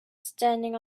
standing